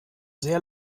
sehr